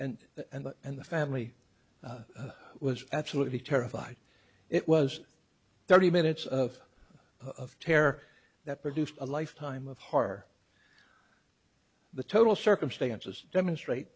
and and and and the family was absolutely terrified it was thirty minutes of of terror that produced a lifetime of heart the total circumstances demonstrate